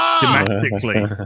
domestically